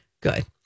Good